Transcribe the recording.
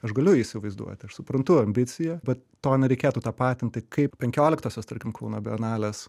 aš galiu įsivaizduoti aš suprantu ambiciją bet to nereikėtų tapatinti kaip penkioliktosios tarkim kauno bienalės